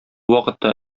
вакытта